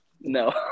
No